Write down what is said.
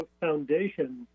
foundation